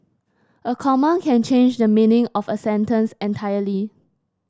a comma can change the meaning of a sentence entirely